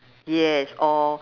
yes all